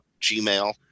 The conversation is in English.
Gmail